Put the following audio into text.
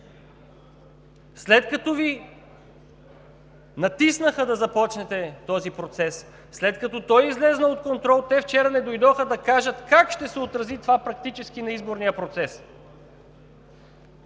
След като Ви натиснаха да започнете този процес, след като той излезе от контрол, те вчера не дойдоха да кажат как това ще се отрази практически на изборния процес.